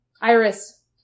Iris